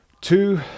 two